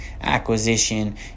acquisition